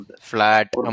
Flat